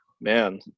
Man